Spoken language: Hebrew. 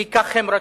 כי כך הם רצו.